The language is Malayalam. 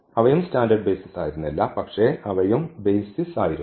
അവ സ്റ്റാൻഡേർഡ് ബെയ്സിസ് ആയിരുന്നില്ല പക്ഷേ അവയും ബെയ്സിസ് ആയിരുന്നു